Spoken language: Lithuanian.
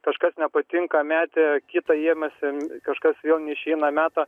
kažkas nepatinka metė kitą ėmėsi kažkas vėl neišeina meta